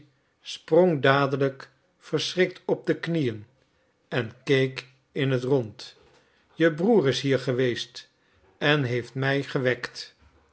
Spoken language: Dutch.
sprong dadelijk verschrikt op de knieën en keek in het rond je broer is hier geweest en heeft mij gewekt